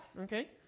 okay